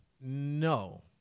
No